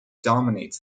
dominates